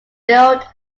billed